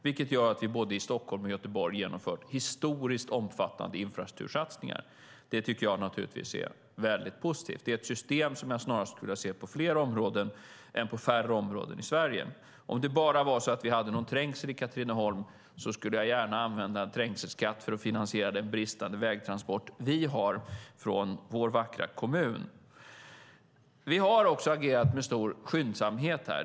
Det har gjort att vi i både Stockholm och Göteborg har genomfört historiskt omfattande infrastruktursatsningar. Det är väldigt positivt. Det är ett system som jag snarare skulle vilja se på fler områden än på färre områden i Sverige. Om det bara var så att vi hade någon trängsel i Katrineholm skulle jag gärna använda en trängselskatt för att finansiera att åtgärda den bristande vägtransport vi har från vår vackra kommun. Vi har också agerat med stor skyndsamhet här.